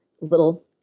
little